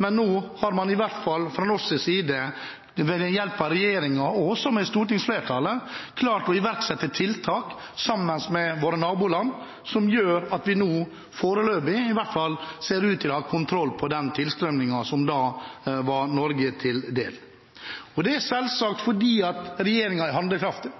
men nå har man – i hvert fall fra norsk side – ved hjelp av regjeringen og stortingsflertallet klart å iverksette tiltak sammen med våre naboland, som gjør at vi – foreløpig i hvert fall – ser ut til å ha kontroll på den tilstrømningen som var Norge til del. Det er selvsagt fordi regjeringen er